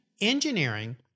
engineering